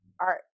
art